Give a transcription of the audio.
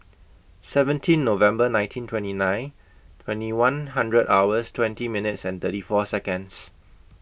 seventeen November nineteen twenty nine twenty one hours twenty minutes thirty four Seconds